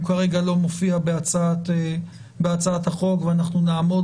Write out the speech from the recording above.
הוא כרגע לא מופיע בהצעת החוק ואנחנו נעמוד